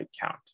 count